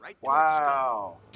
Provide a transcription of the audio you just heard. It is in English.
Wow